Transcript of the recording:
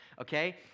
Okay